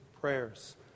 prayers